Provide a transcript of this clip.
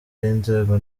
y’inzego